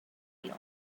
wheel